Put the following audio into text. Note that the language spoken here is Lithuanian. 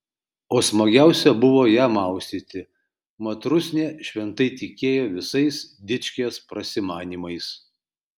o smagiausia buvo ją maustyti mat rusnė šventai tikėjo visais dičkės prasimanymais